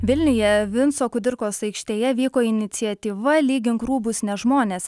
vilniuje vinco kudirkos aikštėje vyko iniciatyva lygink rūbus ne žmones